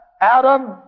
Adam